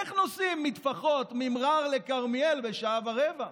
איך נוסעים ממע'אר לכרמיאל בשעה ורבע?